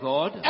God